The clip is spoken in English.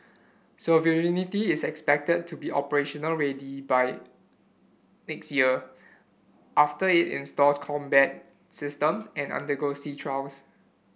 sovereignty is expected to be operationally ready by next year after it installs combat systems and undergoes sea trials